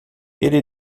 ele